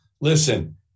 listen